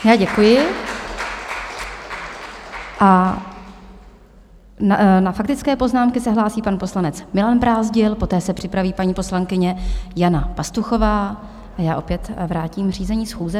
Děkuji a na faktické poznámky se hlásí pan poslanec Milan Brázdil, poté se připraví paní poslankyně Jana Pastuchová a já opět vrátím řízení schůze.